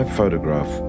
photograph